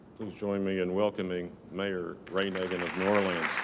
please join me in welcoming mayor ray nagin of new orleans.